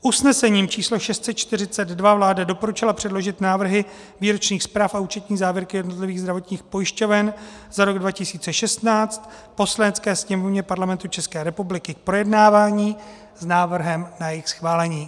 Usnesením číslo 642 vláda doporučila předložit návrhy výročních zpráv a účetní závěrky jednotlivých zdravotních pojišťoven za rok 2016 Poslanecké sněmovně Parlamentu České republiky k projednání s návrhem na jejich schválení.